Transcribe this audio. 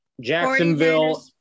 Jacksonville